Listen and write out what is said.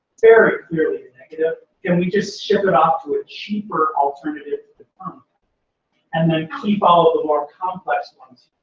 very clearly a negative can we just ship it off to a cheaper alternative to confirm and then keep all of the more complex ones